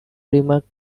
remarked